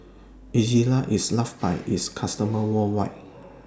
Ezerra IS loved By its customers worldwide